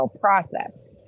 process